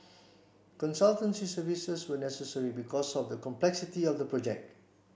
consultancy services were necessary because of the complexity of the project